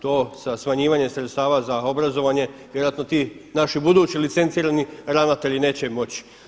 To sa smanjivanjem sredstava za obrazovanje vjerojatno ti naši budući licencirani ravnatelji neće moći.